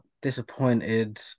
disappointed